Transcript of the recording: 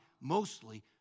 mostly